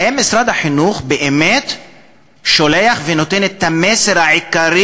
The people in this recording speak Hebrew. האם משרד החינוך באמת שולח ונותן את המסר העיקרי